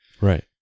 Right